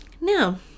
Now